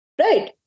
Right